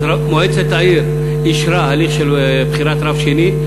אז מועצת העיר אישרה הליך של בחירת רב שני.